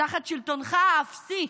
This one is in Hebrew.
תחת שלטונך האפסי,